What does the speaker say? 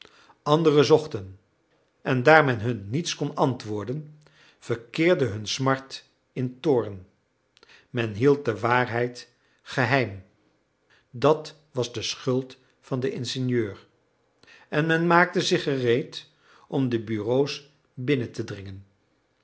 andere zochten en daar men hun niets kon antwoorden verkeerde hun smart in toorn men hield de waarheid geheim dat was de schuld van den ingenieur en men maakte zich gereed om de bureau's binnen te dringen